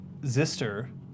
Zister